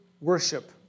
worship